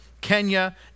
Kenya